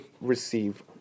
receive